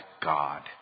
God